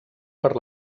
per